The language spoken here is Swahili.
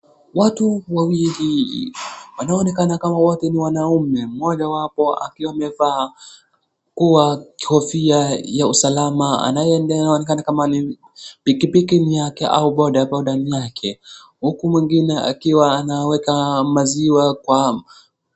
Watu wawili wanaonekana kama wote ni wanaume mmoja wapo akiwa amevaa kwa kofia ya usalama anayeenda anaonekana kama pikpiki ni yake au bodaboda ni yake. Huku mwingine akiwa anaweka maziwa kwa.